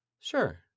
Sure